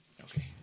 Okay